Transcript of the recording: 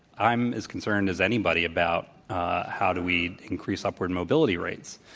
i'm as concerned as anybody about how do we increase upward mobility rates.